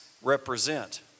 Represent